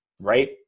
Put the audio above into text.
right